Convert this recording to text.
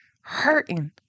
hurting